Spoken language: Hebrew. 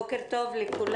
בוקר טוב לכולם.